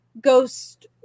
ghost